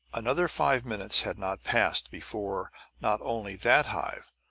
another five minutes had not passed before not only that hive,